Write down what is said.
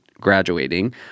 graduating